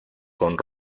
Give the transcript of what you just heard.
con